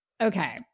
okay